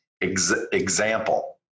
example